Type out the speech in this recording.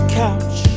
couch